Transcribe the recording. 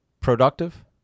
productive